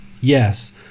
Yes